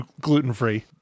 gluten-free